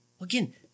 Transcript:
Again